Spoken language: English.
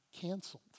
canceled